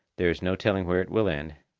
there is no telling where it will end,